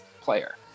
player